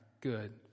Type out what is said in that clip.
good